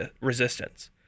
resistance